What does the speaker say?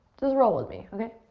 just roll with me, okay?